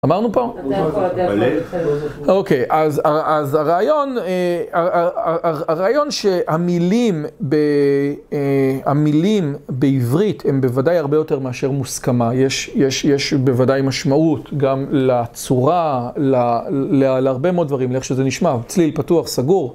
אמרנו פה? אתה יכול לדעת מה שאתה רוצה. אוקיי, אז הרעיון שהמילים בעברית הן בוודאי הרבה יותר מאשר מוסכמה, יש בוודאי משמעות גם לצורה, להרבה מאוד דברים, לאיך שזה נשמע, צליל פתוח, סגור.